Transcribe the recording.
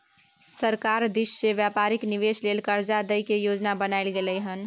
सरकार दिश से व्यापारिक निवेश लेल कर्जा दइ के योजना बनाएल गेलइ हन